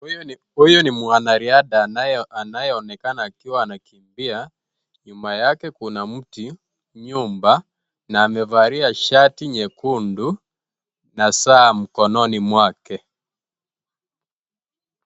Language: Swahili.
Huyu ni, huyu ni mwanariadha, anaye o, anaye onekana akiwa anakimbia, nyuma yake kuna mti, nyumba, na amevalia shati nyekundu, na saa mkononi mwake.